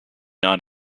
none